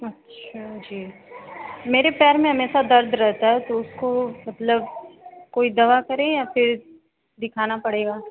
अच्छा जी मेरे पैर में हमेशा दर्द रहता है तो उसको मतलब कोई दवा करें या फिर दिखाना पड़ेगा